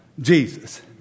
Jesus